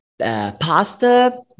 Pasta